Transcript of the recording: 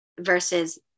versus